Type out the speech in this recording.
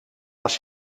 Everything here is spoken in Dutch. als